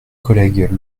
collègue